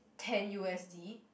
ten u_s_d